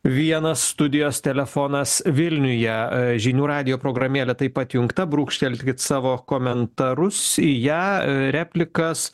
vienas studijos telefonas vilniuje a žinių radijo programėlė taip atjungta brūkštelkit savo komentarus į ją į replikas